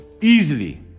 easily